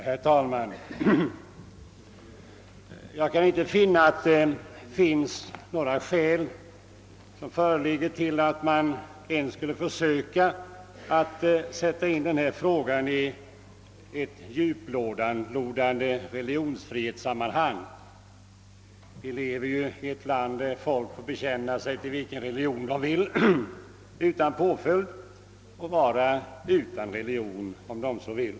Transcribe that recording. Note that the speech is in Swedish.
Herr talman! Jag kan inte finna att det föreligger några skäl till att man ens skulle försöka att sätta in denna fråga i ett djuplodande religionsfrihetssammanhang. Vi lever i ett land där folk utan påföljd får bekänna sig till vilken religion de vill. De får också vara utan religion om de så vill.